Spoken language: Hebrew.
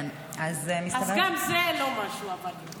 אז גם זה לא משהו עבד לו.